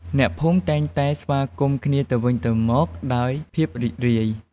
អ្នកភូមិ តែងតែស្វាគមន៍គ្នាទៅវិញទៅមកដោយ ភាពរីករាយ។